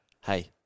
hey